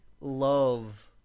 love